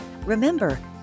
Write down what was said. Remember